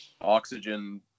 oxygen